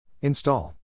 Install